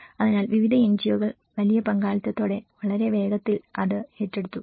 അതിനാൽ വിവിധ എൻജിഒകൾ വലിയ പങ്കാളിത്തത്തോടെ വളരെ വേഗത്തിൽ അത് ഏറ്റെടുത്തു